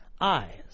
eyes